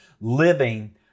living